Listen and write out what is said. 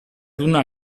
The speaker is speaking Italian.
una